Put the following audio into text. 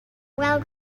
well